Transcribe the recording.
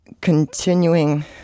continuing